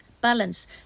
balance